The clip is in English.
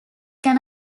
can